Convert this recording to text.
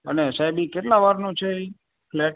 અને સાહેબ એ કેટલા વારનો છે એ ફલેટ